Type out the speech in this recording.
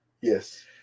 Yes